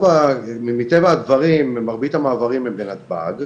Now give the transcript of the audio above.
מטבע הדברים מרבית המעברים הם בנתב"ג,